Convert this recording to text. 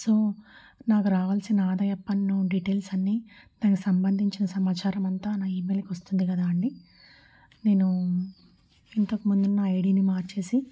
so నాకు రావాల్సిన ఆదాయ పన్ను డీటెయిల్స్ అన్ని దానికి సంబంధించిన సమాచారం అంతా నా ఈమెయిల్కి వస్తుంది కదా అండి నేను ఇంతకుముందున్న ఐడీని మార్చేసి